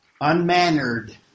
unmannered